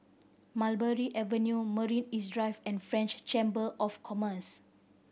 Mulberry Avenue Marina East Drive and French Chamber of Commerce